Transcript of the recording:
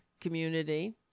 community